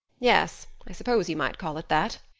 yes, i suppose you might call it that.